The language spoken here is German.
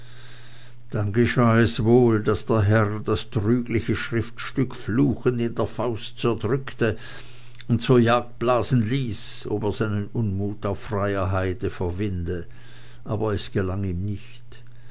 dann geschah es wohl daß der herr das trügliche schriftstück fluchend in der faust zerdrückte und zur jagd blasen ließ ob er seinen unmut auf freier heide verwinde aber es gelang ihm nicht